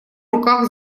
руках